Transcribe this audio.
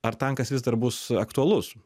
ar tankas vis dar bus aktualus